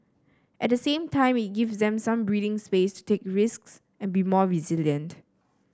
at the same time it gives them some breathing space to take risks and be more resilient